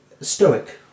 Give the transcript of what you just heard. Stoic